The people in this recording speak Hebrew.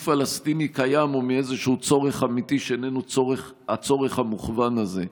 פלסטיני קיים או מאיזשהו צורך אמיתי שאיננו הצורך המוכוון הזה.